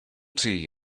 tea